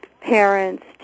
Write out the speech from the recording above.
parents